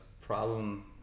problem